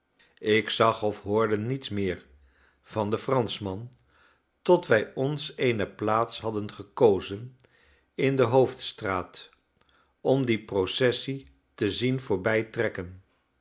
ik zagofhoorde niets meer van den franschman tot wij ons eene plaats hadden gekozen in de hoofdstraat om die processie te zien